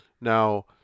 now